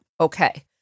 Okay